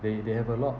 they they have a lot